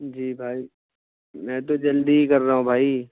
جی بھائی میں تو جلدی ہی کر رہا ہوں بھائی